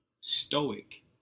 stoic